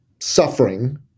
suffering